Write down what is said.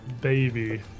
baby